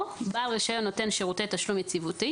או בעל רישיון נותן שירותי תשלום יציבותי